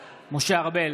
ארבל,